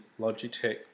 Logitech